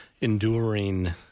enduring